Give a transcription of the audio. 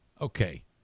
Okay